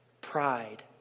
Pride